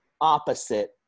opposite